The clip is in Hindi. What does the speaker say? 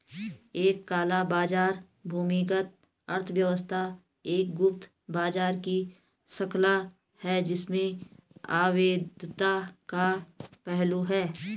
एक काला बाजार भूमिगत अर्थव्यवस्था एक गुप्त बाजार की श्रृंखला है जिसमें अवैधता का पहलू है